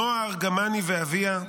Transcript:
נועה ארגמני ואביה,